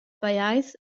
pajais